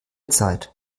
zeit